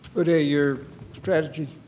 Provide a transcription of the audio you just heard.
udai, your strategy?